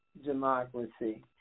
democracy